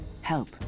Help